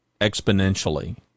exponentially